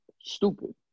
stupid